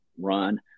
run